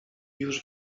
już